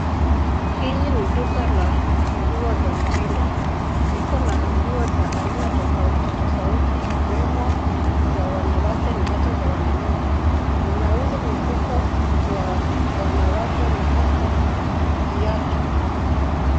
Hili ni duka la nguo za mtindo. Iko na nguo za aina tofauti tofauti, ikiwemo za wanawake na hata za wanaume. Linauza mifuko ya wanawake na hata viatu.